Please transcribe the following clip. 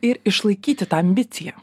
ir išlaikyti tą ambiciją